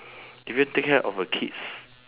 if you want take care of a kids